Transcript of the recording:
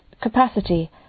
capacity